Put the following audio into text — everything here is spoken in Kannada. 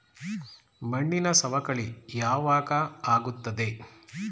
ಮಣ್ಣಿನ ಸವಕಳಿ ಯಾವಾಗ ಆಗುತ್ತದೆ?